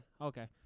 Okay